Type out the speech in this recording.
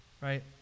Right